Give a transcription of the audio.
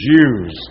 Jews